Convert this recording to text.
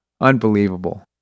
Unbelievable